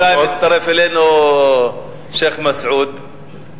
אבל בינתיים הצטרף אלינו שיח' מסעוד,